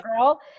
girl